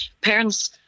parents